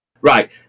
Right